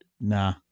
Nah